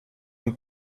und